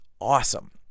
awesome